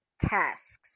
tasks